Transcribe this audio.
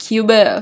Cuba